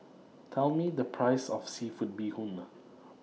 Tell Me The Price of Seafood Bee Hoon